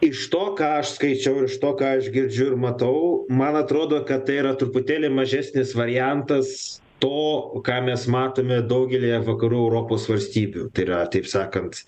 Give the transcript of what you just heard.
iš to ką aš skaičiau iš to ką aš girdžiu ir matau man atrodo kad tai yra truputėlį mažesnis variantas to ką mes matome daugelyje vakarų europos valstybių tai yra taip sakant